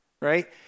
Right